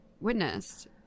witnessed